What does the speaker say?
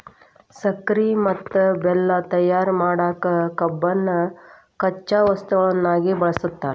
ಸಕ್ಕರಿ ಮತ್ತ ಬೆಲ್ಲ ತಯಾರ್ ಮಾಡಕ್ ಕಬ್ಬನ್ನ ಕಚ್ಚಾ ವಸ್ತುವಾಗಿ ಬಳಸ್ತಾರ